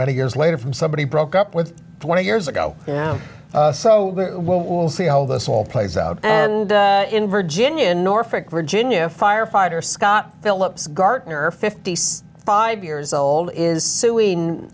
many years later from somebody broke up with twenty years ago so we'll see how this all plays out and in virginia norfolk virginia firefighter scott phillips gartner fifty five years old is suing